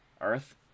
Earth